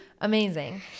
Amazing